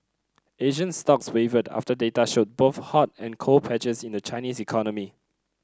Asian stocks wavered after data showed both hot and cold patches in the Chinese economy